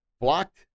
blocked